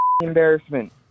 embarrassment